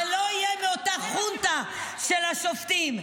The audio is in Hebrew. זה לא יהיה מאותה חונטה של השופטים.